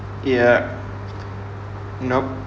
ya nope